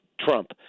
Trump